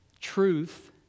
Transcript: truth